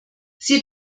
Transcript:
sie